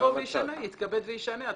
שיתכבד וישנה.